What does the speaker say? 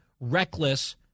reckless